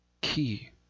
key